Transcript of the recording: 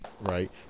right